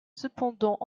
cependant